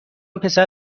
پسر